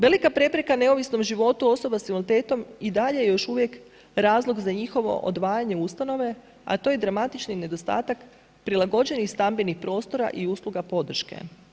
Velika prepreka neovisnom životu osoba s invaliditetom i dalje još uvijek razlog za njihovo odvajanje ustanove, a to je dramatični nedostatak prilagođenih stambenih prostora i usluga podrške.